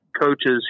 coaches